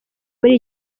muri